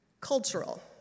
cultural